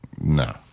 No